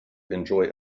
enjoy